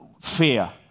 fear